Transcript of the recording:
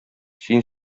син